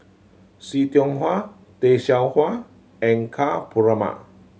See Tiong Wah Tay Seow Huah and Ka Perumal